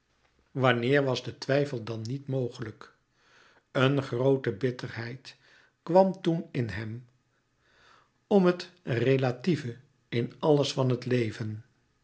wanneer was de twijfel dan niet mogelijk een groote bitterheid kwam toen in hem louis couperus metamorfoze om het relatieve in alles van het leven